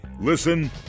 Listen